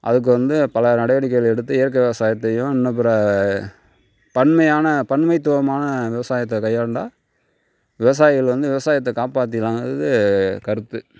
அதுக்கு வந்து பல நடவடிக்கைகள் எடுத்து இயற்கை விவசாயத்தையும் இன்னும் பிற பன்மையான பன்மைத்துவமான விவசாயத்தை கையாண்டால் விவசாயிகள் வந்து விவசாயத்தை காப்பாத்திடலாங்கறது கருத்து